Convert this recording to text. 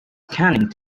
cunning